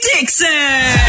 Dixon